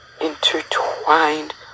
intertwined